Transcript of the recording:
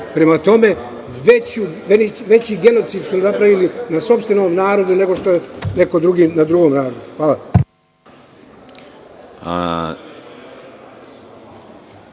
Prema tome, veći genocid su napravili na sopstvenom narodu, nego što je neko drugi na drugom narodu. Hvala.